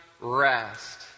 rest